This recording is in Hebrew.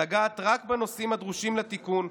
לגעת רק בנושאים הדורשים תיקון,